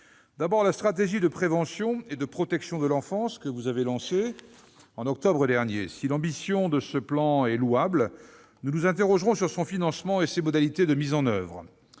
par la stratégie de prévention et de protection de l'enfance, lancée par le Gouvernement en octobre dernier. Si l'ambition de ce plan est louable, nous nous interrogeons sur son financement et ses modalités de mise en oeuvre.